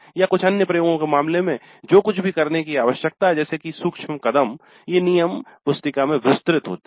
या कुछ अन्य प्रयोगों के मामले में जो कुछ भी करने की आवश्यकता है जैसे कि सूक्ष्म कदम -ये नियम पुस्तिका में विस्तृत होते हैं